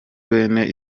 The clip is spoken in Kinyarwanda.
bene